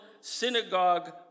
synagogue